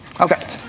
Okay